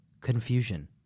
Confusion